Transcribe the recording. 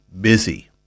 busy